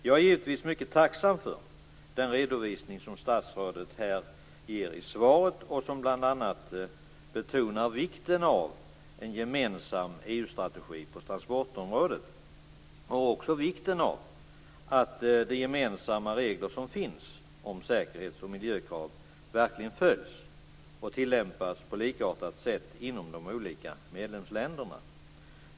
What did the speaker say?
Jag är givetvis mycket tacksam för den redovisning som statsrådet här ger i svaret, där hon bl.a. betonar vikten av en gemensam EU-strategi på transportområdet och också vikten av att de gemensamma regler som finns om säkerhets och miljökrav verkligen följs och tillämpas på likartat sätt inom de olika medlemsländerna.